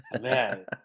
Man